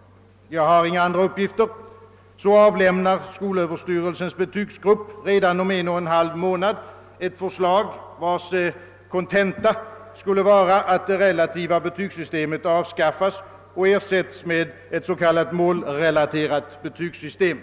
— jag har inga andra uppgifter — avlämnar skolöverstyrelsens betygsgrupp redan om en och en halv månad ett förslag, vars kontenta skulle vara att det relativa betygssystemet avskaffas och «ersätts med ett s.k. målrelaterat betygssystem.